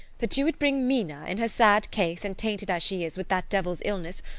that you would bring mina, in her sad case and tainted as she is with that devil's illness,